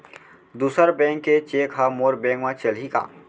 दूसर बैंक के चेक ह मोर बैंक म चलही का?